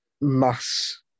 mass